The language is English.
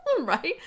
right